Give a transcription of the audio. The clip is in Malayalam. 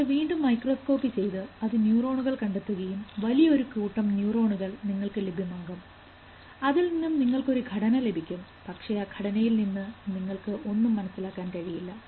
പിന്നീട് വീണ്ടും മൈക്രോസ്കോപ്പി ചെയ്തു അതു ന്യൂറോണുകൾ കണ്ടെത്തുകയും വലിയൊരു കൂട്ടം ന്യൂറോണുകൾ നിങ്ങൾക്ക് ലഭ്യമാകും അതിൽ നിന്നും നിങ്ങൾക്ക് ഒരു ഘടന ലഭിക്കും പക്ഷേ ആ ഘടനയിൽ നിന്നും നിങ്ങൾക്ക് ഒന്നും മനസ്സിലാക്കാൻ കഴിയില്ല